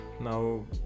now